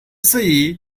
see